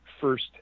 first